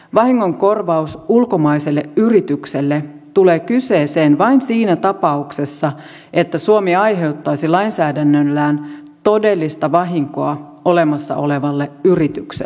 vahingonkorvaus ulkomaiselle yritykselle tulee kyseeseen vain siinä tapauksessa että suomi aiheuttaisi lainsäädännöllään todellista vahinkoa olemassa olevalle yritykselle